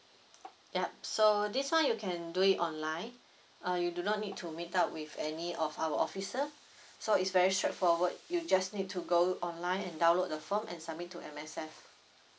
yup so this one you can do it online uh you do not need to meet up with any of our officer so it's very straightforward you just need to go online and download the form and submit to M_S_F